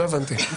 לא הבנתי.